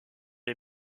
est